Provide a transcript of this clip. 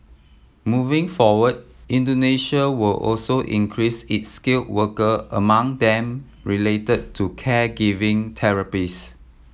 moving forward Indonesia will also increase its skill worker among them relate to caregiver therapists